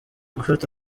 gufata